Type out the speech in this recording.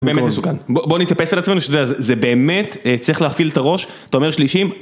בוא נתאפס על עצמנו שזה באמת צריך להפיל את הראש אתה אומר שלישים